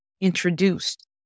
introduced